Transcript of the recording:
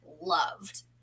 Loved